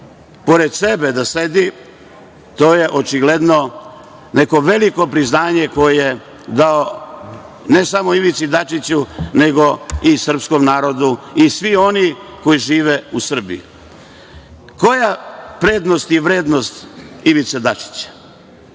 pored sebe da sedi, to je očigledno neko veliko priznanje koje je dao ne samo Ivici Dačiću nego i srpskom narodu i svima onima koji žive u Srbiji. Koja je prednost i vrednost Ivice Dačića?